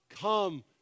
come